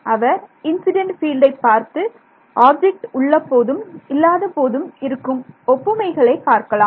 அவர் incident ஃபீல்டை பார்த்து object உள்ள போதும் இல்லாத போதும் இருக்கும் ஒப்புமைகளை பார்க்கலாம்